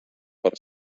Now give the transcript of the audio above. per